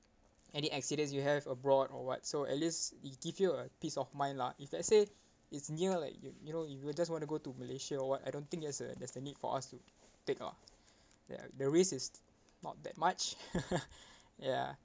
any accidents you have abroad or what so at least it give you a peace of mind lah if let's say it's near like you you know if you just want to go to malaysia or what I don't think there's a there's a need for us to take ah ya the risk is not that much ya